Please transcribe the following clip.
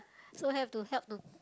so have to help to